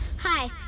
Hi